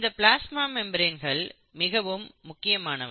இந்த பிளாஸ்மா மெம்பிரேன்கள் மிகவும் முக்கியமானவை